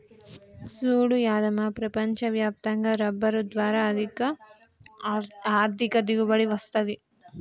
సూడు యాదమ్మ ప్రపంచ వ్యాప్తంగా రబ్బరు ద్వారా ఆర్ధిక దిగుబడి వస్తది